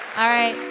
all right,